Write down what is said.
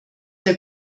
der